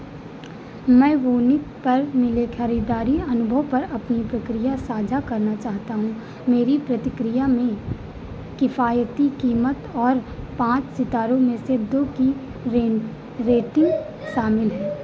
मैं वूनिक पर मिले खरीदारी अनुभव पर अपनी प्रक्रिया साझा करना चाहता हूँ मेरी प्रतिक्रिया में किफ़ायती कीमत और पाँच सितारों में से दो की रेटिंग शामिल है